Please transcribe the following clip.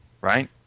right